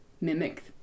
mimic